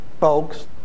folks